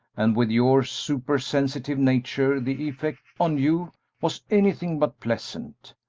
and with your supersensitive nature the effect on you was anything but pleasant,